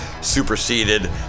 superseded